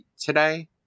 today